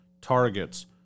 Targets